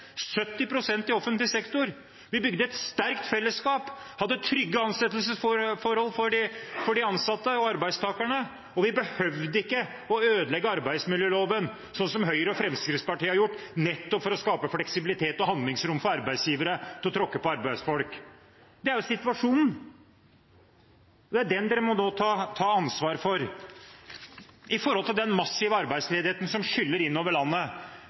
i offentlig sektor. Vi bygde et sterkt fellesskap, hadde trygge ansettelsesforhold for de ansatte og arbeidstakerne, og vi behøvde ikke å ødelegge arbeidsmiljøloven, sånn som Høyre og Fremskrittspartiet har gjort nettopp for å skape fleksibilitet og handlingsrom for arbeidsgivere til å tråkke på arbeidsfolk. Det er situasjonen. Det er den dere nå må ta ansvar for opp mot den massive arbeidsledigheten som skyller innover landet.